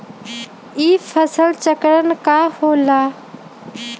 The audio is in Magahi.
ई फसल चक्रण का होला?